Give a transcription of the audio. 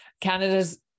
Canada's